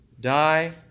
die